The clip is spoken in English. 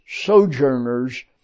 sojourners